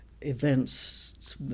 events